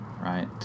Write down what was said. right